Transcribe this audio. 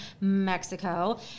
Mexico